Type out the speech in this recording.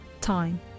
time